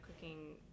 cooking